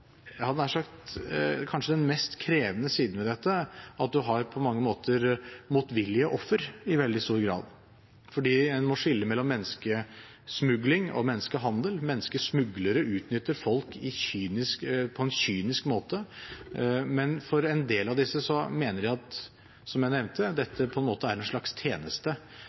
at man på mange måter har i veldig stor grad motvillige ofre, for en må skille mellom menneskesmugling og menneskehandel. Menneskesmuglere utnytter folk på en kynisk måte, men en del av disse mener, som jeg nevnte, at dette er en slags tjeneste som de villig betaler for. Det gjør det veldig vanskelig å etterforske. I tillegg vet vi jo at når en